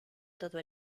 todo